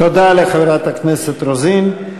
תודה לחברת הכנסת רוזין.